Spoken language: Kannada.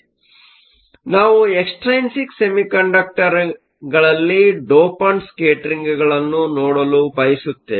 ಆದ್ದರಿಂದ ನಾವು ಎಕ್ಸ್ಟ್ರೈನ್ಸಿಕ್ ಸೆಮಿಕಂಡಕ್ಟರ್ ಗಳಲ್ಲಿ ಡೋಪಂಟ್ ಸ್ಕೇಟರಿಂಗ್ಗಳನ್ನು ನೋಡಲು ಬಯಸುತ್ತೇವೆ